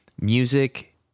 Music